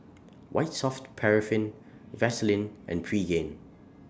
White Soft Paraffin Vaselin and Pregain